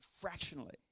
fractionally